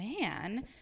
man